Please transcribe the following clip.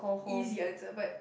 easy answer but